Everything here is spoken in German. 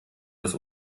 das